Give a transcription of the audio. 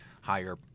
higher